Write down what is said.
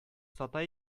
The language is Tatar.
сата